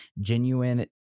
genuine